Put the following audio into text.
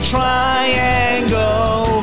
Triangle